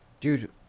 Dude